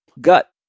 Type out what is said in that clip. gut